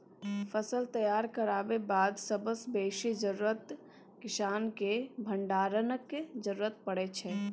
फसल तैयार करबाक बाद सबसँ बेसी जरुरत किसानकेँ भंडारणक जरुरत परै छै